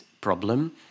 problem